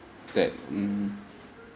that mm